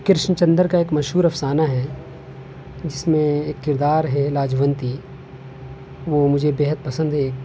کرشن چندر کا ایک مشہور افسانہ ہے جس میں ایک کردار ہے لاجونتی وہ مجھے بےحد پسند ہے